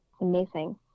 Amazing